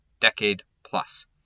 decade-plus